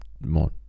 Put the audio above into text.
more